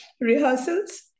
rehearsals